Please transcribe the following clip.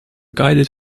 guides